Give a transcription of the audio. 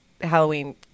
Halloween